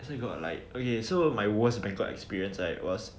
so you got like okay so my worst banquet experience right was